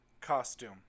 costume